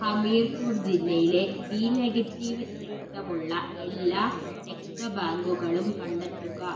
ഹമീർപൂർ ജില്ലയിലെ B negative രക്തമുള്ള എല്ലാ രക്തബാങ്കുകളും കണ്ടെത്തുക